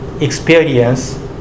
experience